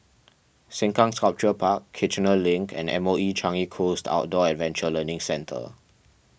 Sengkang Sculpture Park Kiichener Link and M O E Changi Coast Outdoor Adventure Learning Centre